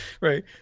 Right